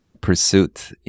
pursuit